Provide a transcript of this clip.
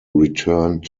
returned